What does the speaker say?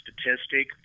statistic